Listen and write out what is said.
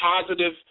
positive